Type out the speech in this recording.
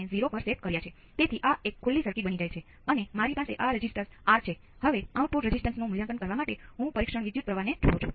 2 ટકા ઘટી શક્યા હોત અને તમે આ ચાલુ રાખી શકો છો